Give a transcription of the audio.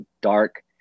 dark